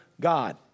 God